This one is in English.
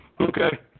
Okay